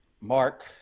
Mark